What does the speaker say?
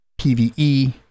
PvE